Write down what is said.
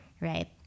Right